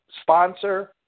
sponsor